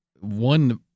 one